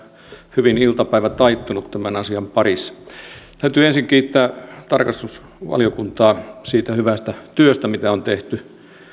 hyvin iltapäivä taittunut tämän asian parissa täytyy ensin kiittää tarkastusvaliokuntaa siitä hyvästä työstä mitä on tehty